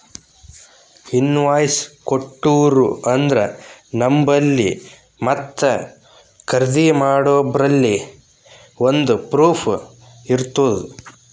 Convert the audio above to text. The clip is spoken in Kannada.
ಇನ್ವಾಯ್ಸ್ ಕೊಟ್ಟೂರು ಅಂದ್ರ ನಂಬಲ್ಲಿ ಮತ್ತ ಖರ್ದಿ ಮಾಡೋರ್ಬಲ್ಲಿ ಒಂದ್ ಪ್ರೂಫ್ ಇರ್ತುದ್